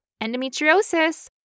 endometriosis